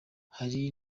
hari